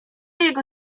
jego